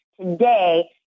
today